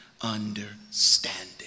Understanding